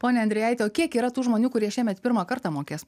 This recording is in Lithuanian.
pone endrijaiti o kiek yra tų žmonių kurie šiemet pirmą kartą mokės